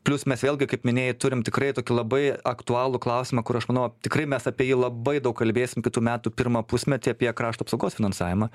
plius mes vėlgi kaip minėjai turim tikrai tokį labai aktualų klausimą kur aš manau tikrai mes apie jį labai daug kalbėsim kitų metų pirmą pusmetį apie krašto apsaugos finansavimą